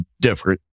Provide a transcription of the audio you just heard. different